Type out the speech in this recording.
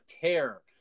tear